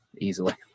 easily